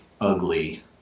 ugly